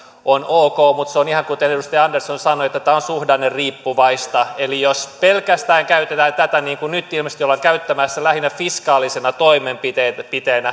on ok mutta se on ihan kuten edustaja andersson sanoi että tämä on suhdanneriippuvaista eli jos pelkästään käytetään tätä niin kuin nyt ilmeisesti ollaan käyttämässä lähinnä fiskaalisena toimenpiteenä